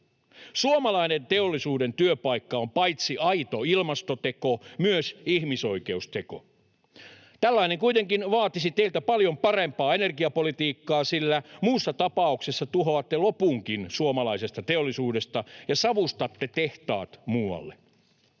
Suomalainen teollisuuden työpaikka on paitsi aito ilmastoteko myös ihmisoikeusteko. Tällainen kuitenkin vaatisi teiltä paljon parempaa energiapolitiikkaa, sillä muussa tapauksessa tuhoatte lopunkin suomalaisesta teollisuudesta ja savustatte tehtaat muualle.